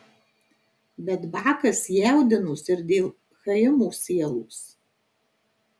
bet bakas jaudinosi ir dėl chaimo sielos